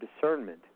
discernment